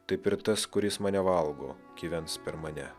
taip ir tas kuris mane valgo gyvens per mane